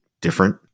different